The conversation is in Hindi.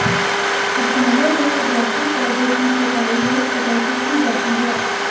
उद्यानों में सजावटी पौधों की छँटाई हैज कटर से की जाती है